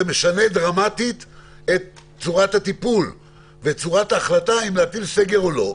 זה משנה דרמטית את צורת הטיפול ואת ההחלטה אם להטיל סגר או לא.